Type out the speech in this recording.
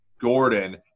Gordon